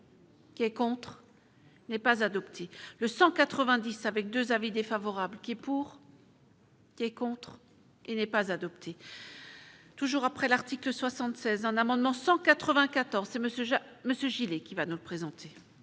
Qui est contre. N'est pas adopté le 190 avec 2 avis défavorables qui est pour. Qui est contre, il n'est pas adopté. Toujours après l'article 76 un amendement 194 c'est monsieur monsieur Gillet qui va nous présenter.